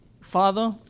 Father